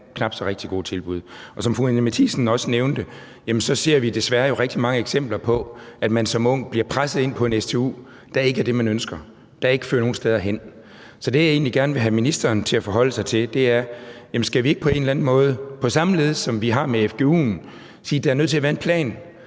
nogle knap så gode tilbud. Og som fru Anni Matthiesen også nævnte, ser vi jo desværre rigtig mange eksempler på, at man som ung bliver presset ind på en stu, der ikke er det, man ønsker, og som ikke fører nogen steder hen. Så det, jeg egentlig gerne vil have ministeren til at forholde sig til, er: Skal vi ikke på en eller anden måde – på samme led, som vi har med fgu'en – sige, at der er nødt til at være en plan,